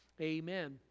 amen